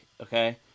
Okay